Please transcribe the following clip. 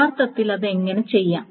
യഥാർത്ഥത്തിൽ അത് എങ്ങനെ ചെയ്യാം